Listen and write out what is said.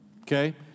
okay